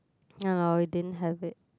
ya lor we didn't have it